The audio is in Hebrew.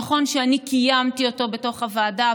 נכון שאני קיימתי אותו בתוך הוועדה,